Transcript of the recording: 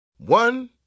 One